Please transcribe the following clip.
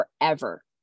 forever